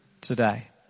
today